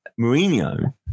Mourinho